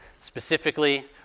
Specifically